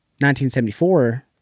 1974